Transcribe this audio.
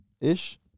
Ish